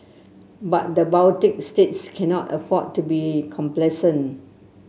but the Baltic states cannot afford to be complacent